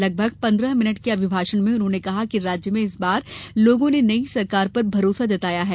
लगभग पंद्रह मिनट के अभिभाषण में उन्होंने कहा कि राज्य में इस बार लोगों ने नयी सरकार पर भरोसा जताया है